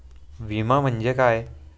विमा म्हणजे काय?